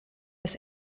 des